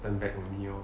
turn back on me lor